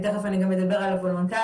ותיכף אני אדבר גם על הוולונטריים,